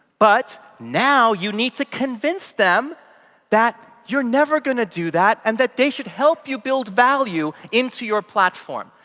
but now you need to convince them that you're never going to do that and that they should help you build value into your platform.